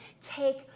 take